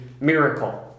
Miracle